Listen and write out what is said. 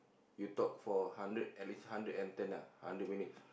you talk for hundred at least hundred and ten lah hundred minutes